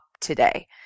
today